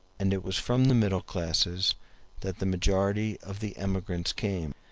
and it was from the middle classes that the majority of the emigrants came.